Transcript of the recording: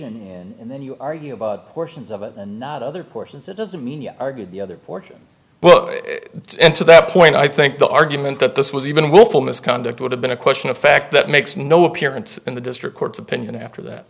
argument and then you are you about portions of it and not other portions it doesn't mean you argue the other portion but to that point i think the argument that this was even willful misconduct would have been a question of fact that makes no appearance in the district court's opinion after that